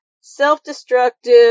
self-destructive